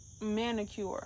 manicure